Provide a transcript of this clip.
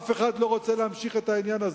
אף אחד לא רוצה להמשיך את העניין הזה.